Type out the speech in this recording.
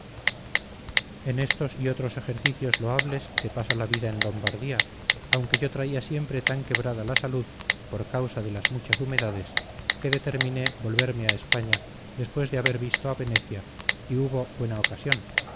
en estos y otros ejercicios loables se pasa la vida en lombardía aunque yo traía siempre tan quebrada la salud por causa de las muchas humedades que determiné volverme a españa después de haber visto a venecia y hubo buena ocasión